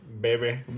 baby